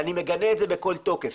אני מגנה את זה בכל תוקף.